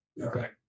Okay